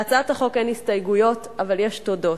להצעת החוק אין הסתייגויות, אבל יש תודות.